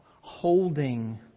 holding